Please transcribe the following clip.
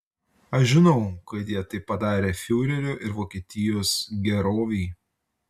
aš žinau kad jie tai padarė fiurerio ir vokietijos gerovei